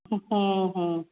हूं हूं